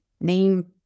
name